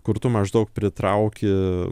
kur tu maždaug pritrauki